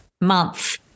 month